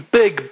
big